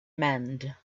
mend